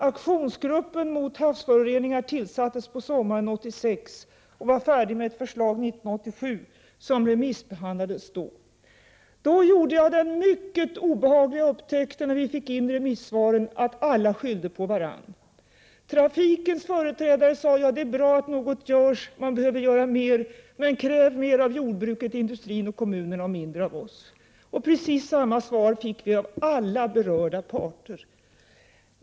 Aktionsgruppen mot havsföroreningar tillsattes på sommaren 1986 och var 1987 färdig med ett förslag som då remissbehandlades. När vi fick in remissvaren gjordes den mycket obehagliga upptäckten att alla skyllde på varandra. Trafikens företrädare sade att det är bra att något görs — mer behöver göras, men kräv mer av jordbruket, industrin och kommunerna och mindre av oss. Precis samma svar fick vi av alla berörda parter.